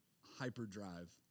hyperdrive